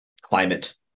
climate